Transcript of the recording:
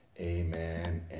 amen